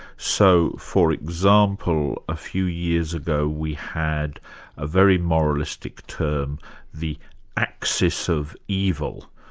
so for example, a few years ago we had a very moralistic term the axis of evil.